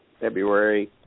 February